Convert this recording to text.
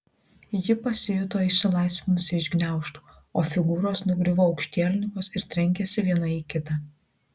ji pasijuto išsilaisvinusi iš gniaužtų o figūros nugriuvo aukštielninkos ir trenkėsi viena į kitą